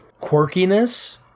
quirkiness